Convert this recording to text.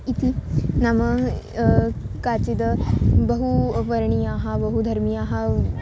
इति नाम काचिद् बहुवर्णीयाः बहुधर्मीयाः